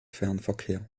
fernverkehr